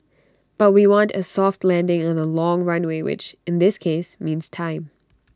but we want A soft landing and A long runway which in this case means time